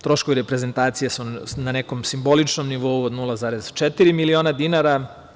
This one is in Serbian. Troškovi reprezentacije su na simboličnom nivou od 0,4 miliona dinara.